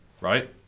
right